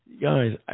Guys